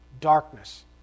darkness